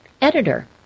Editor